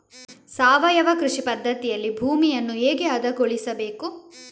ಸಾವಯವ ಕೃಷಿ ಪದ್ಧತಿಯಲ್ಲಿ ಭೂಮಿಯನ್ನು ಹೇಗೆ ಹದಗೊಳಿಸಬೇಕು?